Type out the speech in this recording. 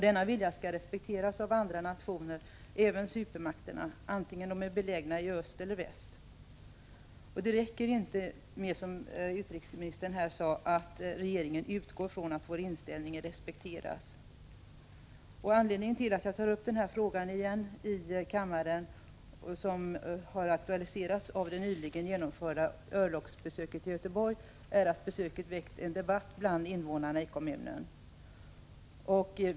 Denna vilja skall respekteras av andra nationer, även av supermakterna, vare sig de är belägna i öst eller i väst. Det räcker inte att, som utrikesministern här sade, regeringen utgår från att vår inställning respekteras. Anledningen till att jag i kammaren återigen tar upp denna fråga, som har aktualiserats av det nyligen genomförda örlogsbesöket i Göteborg, är att besöket väckt debatt bland medborgarna i kommunen.